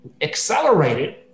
accelerated